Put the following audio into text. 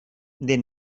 dei